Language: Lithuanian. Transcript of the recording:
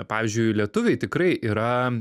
pavyzdžiui lietuviai tikrai yra